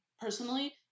personally